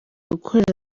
gukorera